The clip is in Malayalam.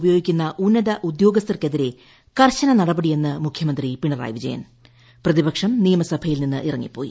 ഉപയോഗിക്കുന്ന ഉന്നത ഉദ്യോഗസ്ഥർക്കെതിരെ കർശന നടപടിയെന്ന് മുഖ്യമന്ത്രി പിണറായി വിജയൻ പ്രതിപക്ഷം നിയമസഭയിൽ നിന്നിറങ്ങിപ്പോയി